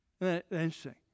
Interesting